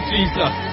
Jesus